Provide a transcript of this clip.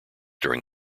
during